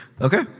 Okay